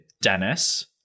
Dennis